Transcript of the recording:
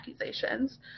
accusations